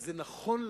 שזה נכון לעשות.